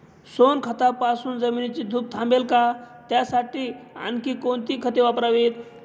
सोनखतापासून जमिनीची धूप थांबेल का? त्यासाठी आणखी कोणती खते वापरावीत?